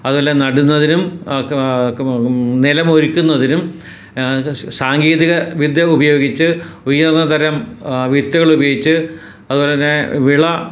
അതും അല്ല നടുന്നതിനും നിലം ഒരുക്കുന്നതിനും സാങ്കേതിക വിദ്യ ഉപയോഗിച്ച് ഉയര്ന്ന തരം വിത്തുകള് ഉപയോഗിച്ച് അതുപോലെ തന്നെ വിള